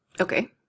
Okay